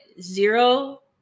zero